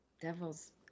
Devil's